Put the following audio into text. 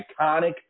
iconic